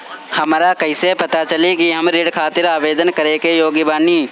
हमरा कईसे पता चली कि हम ऋण खातिर आवेदन करे के योग्य बानी?